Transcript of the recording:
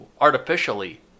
artificially